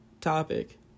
topic